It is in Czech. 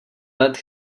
let